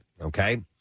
okay